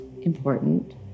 important